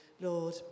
Lord